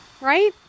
right